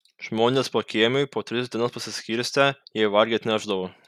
žmonės pakiemiui po tris dienas pasiskirstę jai valgyt nešdavo